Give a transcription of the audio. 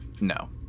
no